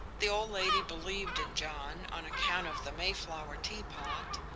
the old lady believed in john on account of the mayflower teapot,